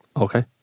Okay